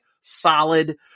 solid